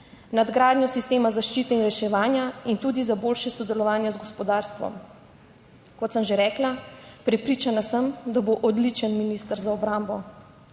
nadgradnjo sistema zaščite in reševanja in tudi za boljše sodelovanje z gospodarstvom. Kot sem že rekla, prepričana sem, da bo odličen minister za obrambo.